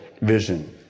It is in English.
vision